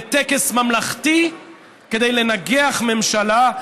בטקס ממלכתי כדי לנגח ממשלה,